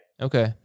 Okay